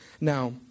Now